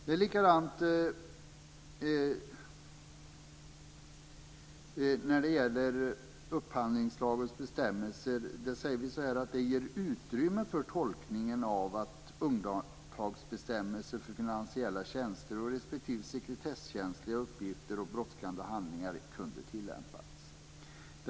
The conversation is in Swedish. Det är likadant när det gäller upphandlingslagens bestämmelser. Där säger vi att de "ger utrymme för tolkningen att undantagsbestämmelser för finansiella tjänster respektive sekretesskänsliga och brådskande upphandlingar kunde tillämpas".